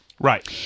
Right